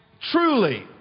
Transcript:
truly